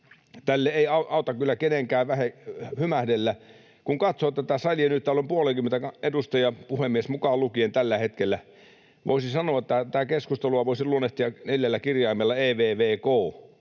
Tälle ei auta kyllä kenenkään hymähdellä. Kun katsoo tätä salia nyt, niin täällä on puolenkymmentä edustajaa puhemies mukaan lukien tällä hetkellä. Voisi sanoa, että tätä keskustelua voisi luonnehtia neljällä kirjaimella: evvk,